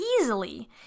easily